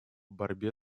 борьбе